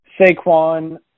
Saquon